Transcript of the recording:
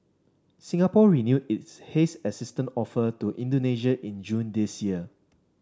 Singapore renewed its haze assistance offer to Indonesia in June this year